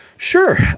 Sure